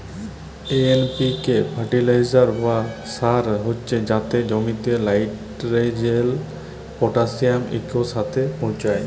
NPK fertiliser বা সার হছে যাতে জমিতে লাইটেরজেল, পটাশিয়াম ইকসাথে পৌঁছায়